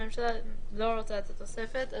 הממשלה לא רוצה את התוספת,